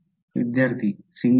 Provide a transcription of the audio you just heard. विद्यार्थी सिंग्युलॅरिटी